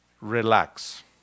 Relax